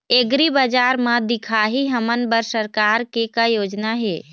एग्रीबजार म दिखाही हमन बर सरकार के का योजना हे?